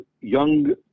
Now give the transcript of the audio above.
young